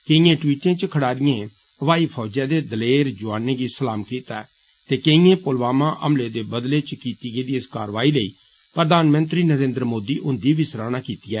केइएं टवीअें च खडारिएं ब्हाई फौज दे दलेर जोआनें गी सलाम कीता ऐ ते केंईएं पुलवामा हमले दे बदले च कीती गेदी इस कारवाई लेई प्रधानमंत्री नरेन्द्र मोदी हुन्दी बी सराहना कीती ऐ